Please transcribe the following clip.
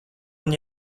man